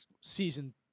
season